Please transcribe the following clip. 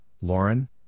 Lauren